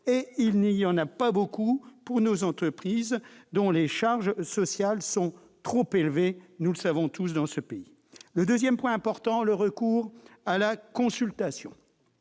et il n'y en a pas beaucoup pour nos entreprises, dont les charges sociales sont trop élevées dans ce pays. Le deuxième point important est le recours à la consultation.